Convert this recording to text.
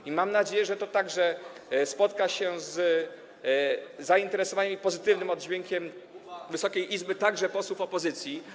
I mam nadzieję, że to także spotka się z zainteresowaniem i pozytywnym oddźwiękiem Wysokiej Izby, także posłów opozycji.